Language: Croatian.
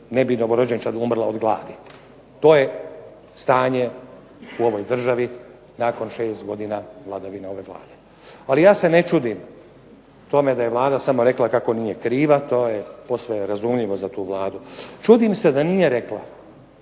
ne bi novorođenčad umrla od gladi. To je stanje u ovoj državi nakon šest godina vladavine ove Vlade. Ali ja se ne čudim tome da je Vlada samo rekla kako nije kriva. To je posve razumljivo za tu Vladu. Čudim se da nije rekla